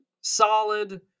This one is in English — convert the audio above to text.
solid